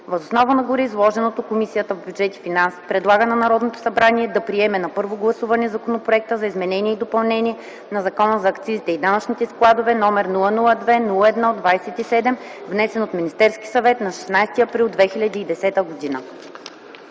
Въз основа на гореизложеното Комисията по бюджет и финанси предлага на Народното събрание да приеме на първо гласуване Законопроект за изменение и допълнение на Закона за акцизите и данъчните складове, № 002-01-27, внесен от Министерския съвет на 16.04.2010 г.”